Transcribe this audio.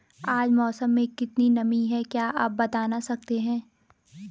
आज मौसम में कितनी नमी है क्या आप बताना सकते हैं?